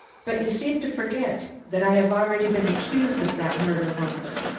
but you seem to forget that i have already been accused of that murder once.